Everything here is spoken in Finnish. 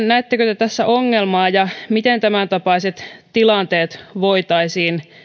näettekö te tässä ongelmaa ja miten tämäntapaiset tilanteet voitaisiin